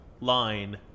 line